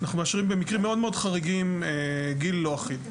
אנחנו מאשרים במקרים מאוד מאוד חריגים גיל לא אחיד.